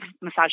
massage